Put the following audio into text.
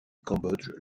cambodge